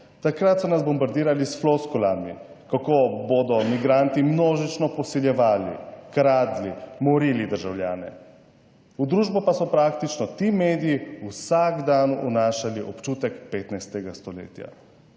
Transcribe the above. Takrat so nas bombardirali s floskulami, kako bodo migranti množično posiljevali, kradli, morili državljane, v družbo pa so praktično ti mediji vsak dan vnašali občutek 15. stoletja,